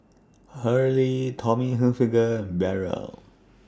Hurley Tommy Hilfiger Barrel